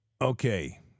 Okay